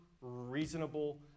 reasonable